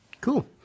Cool